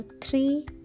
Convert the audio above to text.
three